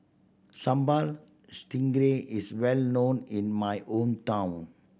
Sambal Stingray is well known in my hometown